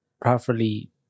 properly